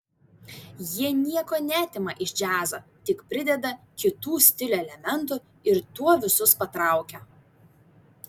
jie nieko neatima iš džiazo tik prideda kitų stilių elementų ir tuo visus patraukia